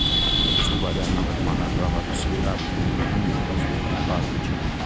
वस्तु बाजार मे वर्तमान अथवा भविष्यक तारीख मे विभिन्न वस्तुक व्यापार होइ छै